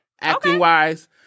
acting-wise